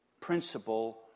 principle